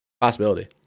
possibility